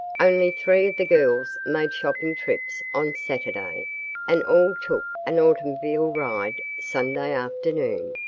only three of the girls made shopping trips on saturday and all took an automobile ride sunday afternoon.